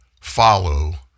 Follow